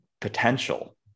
potential